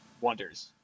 Wonders